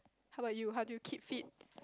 how about you how do you keep fit